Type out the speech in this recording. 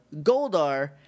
Goldar